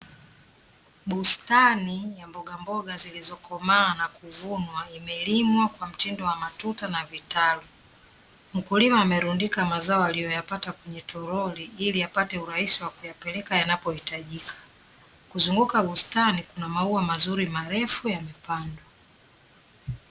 Bustani ya mbogamboga zilizokomaa na kuvunwa, imelimwa kwa mtindo wa matuta na vitalu. Mkulima amerundika mazao aliyoyapata kwenye toroli, ili apate urahisi wa kuyapeleka yanapohitajika. Kuzunguka bustani kuna maua mazuri marefu yamepandwa.